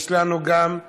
יש לנו גם את